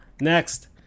Next